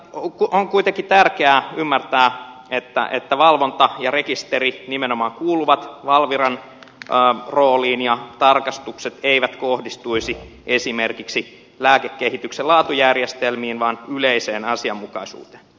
on kuitenkin tärkeää ymmärtää että valvonta ja rekisteri nimenomaan kuuluvat valviran rooliin ja tarkastukset eivät kohdistuisi esimerkiksi lääkekehityksen laatujärjestelmiin vaan yleiseen asianmukaisuuteen